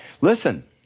Listen